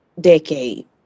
decade